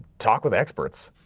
talk with experts.